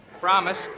Promise